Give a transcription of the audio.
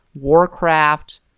Warcraft